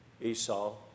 Esau